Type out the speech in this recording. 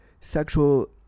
sexual